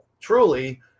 Truly